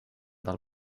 del